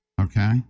Okay